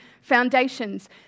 foundations